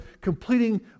completing